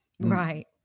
Right